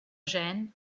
jean